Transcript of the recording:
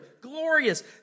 glorious